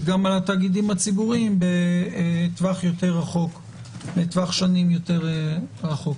על התאגידים הציבוריים בטווח שנים יותר רחוק.